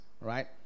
right